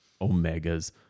Omega's